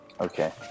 okay